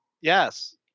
Yes